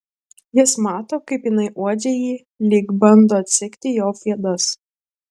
jis mato kaip jinai uodžia jį lyg bando atsekti jo pėdas